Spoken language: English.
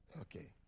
Okay